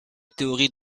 théorie